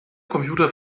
computer